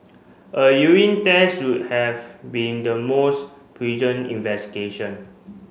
a urine test would have be in the most investigation